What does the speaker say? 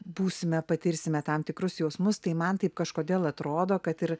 būsime patirsime tam tikrus jausmus tai man taip kažkodėl atrodo kad ir